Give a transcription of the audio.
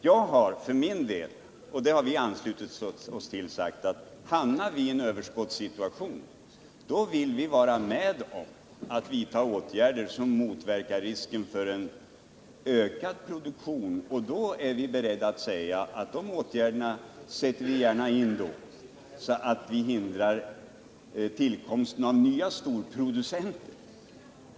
Jag har för min del sagt — och det är också socialdemokraternaås uppfattning — att om vi hamnar i en överskottssituation, då vill vi vara med om att vidta åtgärder som motverkar risken för en ökad produktion. Och då är vi beredda att sätta in åtgärder som hindrar ett tillskott av nya storproducenter.